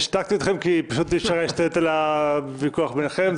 השתקתי אתכם כי פשוט אי-אפשר היה להשתלט על הוויכוח ביניכם.